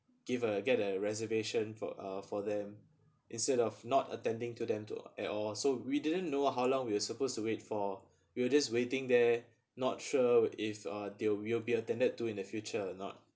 give a get a reservation for uh for them instead of not attending to them to at all so we didn't know how long we are supposed to wait for we will just waiting there not sure if uh that we will be attended to in the future or not